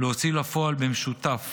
להוציא לפועל במשותף